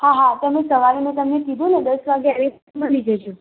હા હા તમે સવારે મેં તમને કીધુંને દસ વાગે મળી જશે